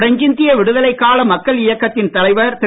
French இந்திய விடுதலைக்கால மக்கள் இயக்கத்தின் தலைவர் திரு